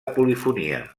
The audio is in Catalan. polifonia